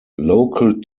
local